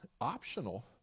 optional